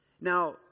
Now